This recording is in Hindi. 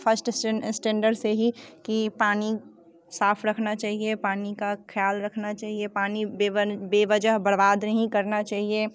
फर्स्ट स्टैंडर्ड से ही कि पानी साफ रखना चाहिए पानी का ख्याल रखना चाहिए पानी बेवजह बर्बाद नहीं करना चाहिए